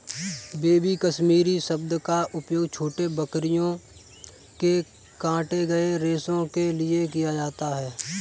baby Kashmiri शब्द का प्रयोग छोटी बकरियों के काटे गए रेशो के लिए किया जाता है